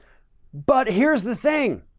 but here's the thing.